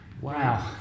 Wow